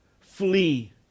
Flee